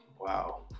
Wow